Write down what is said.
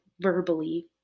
verbally